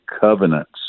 covenants